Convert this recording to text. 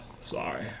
sorry